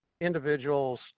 individuals